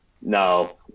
no